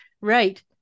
right